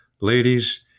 Ladies